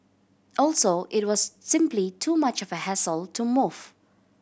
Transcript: also it was simply too much of a hassle to move